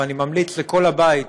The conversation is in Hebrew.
ואני ממליץ לכל הבית,